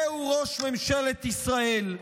זהו ראש ממשלת ישראל.